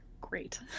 great